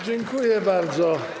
Dziękuję bardzo.